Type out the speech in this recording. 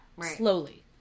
slowly